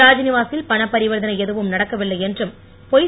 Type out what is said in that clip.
ராத்நிவாசில் பணப் பரிவர்த்தனை எதுவும் நடக்கவில்லை என்றும் பொய்